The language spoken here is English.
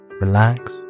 relax